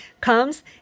comes